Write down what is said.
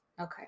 okay